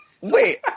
Wait